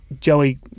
Joey